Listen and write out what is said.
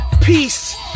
peace